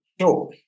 Sure